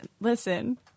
listen